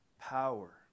power